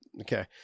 Okay